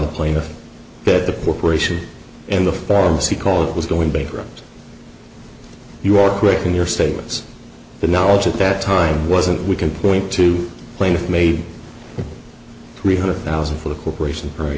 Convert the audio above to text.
the plaintiff that the corporation and the pharmacy call it was going bankrupt your quicken your statements the knowledge at that time wasn't we can point to the plaintiff made three hundred thousand for the corporation for a